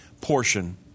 portion